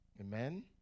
Amen